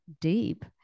deep